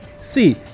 see